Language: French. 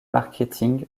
marketing